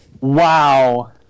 Wow